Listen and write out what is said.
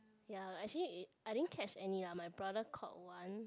ya actually I didn't catch any lah my brother caught one